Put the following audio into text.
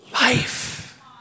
life